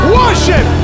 worship